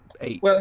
eight